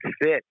fit